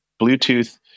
Bluetooth